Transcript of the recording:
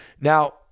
Now